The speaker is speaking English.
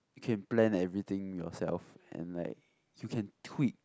you can plan everything yourself and like you can tweak